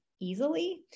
easily